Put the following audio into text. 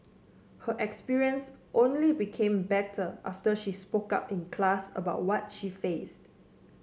her experience only became better after she spoke up in class about what she faced